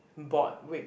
board wake